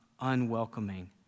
unwelcoming